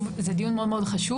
זהו דיון מאוד מאוד חשוב.